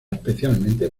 especialmente